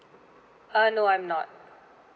uh no I'm not